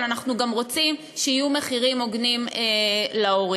אבל אנחנו גם רוצים שיהיו מחירים הוגנים להורים.